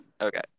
Okay